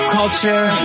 culture